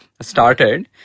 started